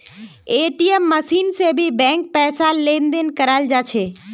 ATM machine से भी bank पैसार लेन देन कर छे